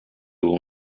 will